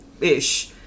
ish